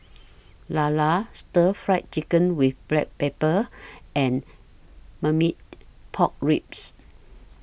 Lala Stir Fried Chicken with Black Pepper and Marmite Pork Ribs